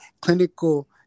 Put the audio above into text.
clinical